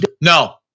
no